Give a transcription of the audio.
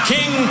King